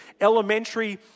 elementary